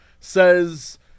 says